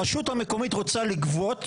הרשות המקומית רוצה לגבות,